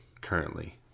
currently